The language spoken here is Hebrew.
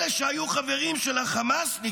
אלה שהיו חברים של החמאסניקים,